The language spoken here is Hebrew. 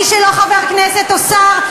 מי שלא חבר כנסת או שר,